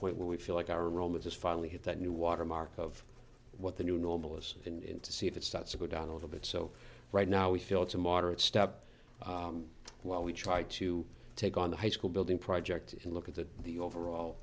point where we feel like our role is finally hit that new watermark of what the new normal is going to see if it starts to go down a little bit so right now we feel it's a moderate stop while we try to take on the high school building project and look at that the overall